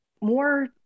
more